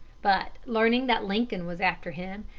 but, learning that lincoln was after him,